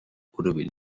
hurbil